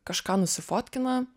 kažką nusifotkina